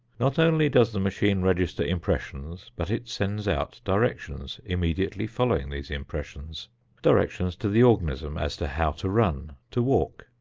not only does the machine register impressions but it sends out directions immediately following these impressions directions to the organism as to how to run, to walk,